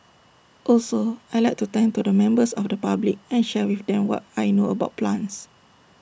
also I Like to talk to members of the public and share with them what I know about plants